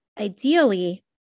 ideally